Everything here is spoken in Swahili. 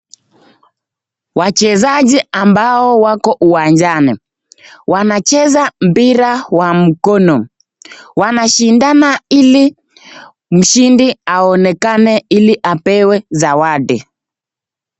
Wachezaji ambao wako uwanjani wanacheza mpira wa mkono, wanashindana ili mshindi aonekane ili apewe zawadi.